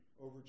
over